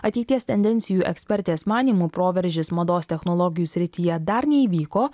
ateities tendencijų ekspertės manymu proveržis mados technologijų srityje dar neįvyko